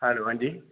hello हां जी